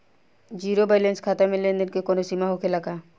Zero balance खाता में लेन देन के कवनो सीमा होखे ला का?